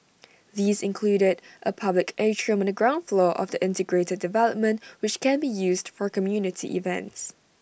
these included A public atrium on the ground floor of the integrated development which can be used for community events